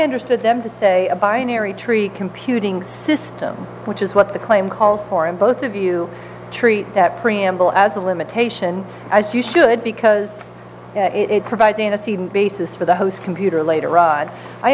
understood them to say a binary tree computing system which is what the claim calls for and both of you treat that preamble as a limitation as you should because it provides a nice even basis for the host computer later on i